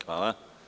Hvala.